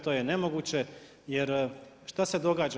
To je nemoguće, jer što se događa.